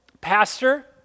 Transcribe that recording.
pastor